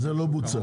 אבל זה לא בוצע.